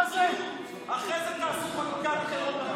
אחרי זה תעשו חקיקת חירום,